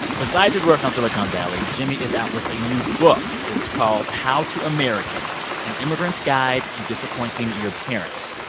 besides his work on silicon valley, jimmy is out with a new book. it's called how to american an immigrant's guide to disappointing your parents.